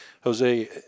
Jose